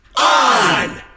on